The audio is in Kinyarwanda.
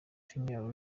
premier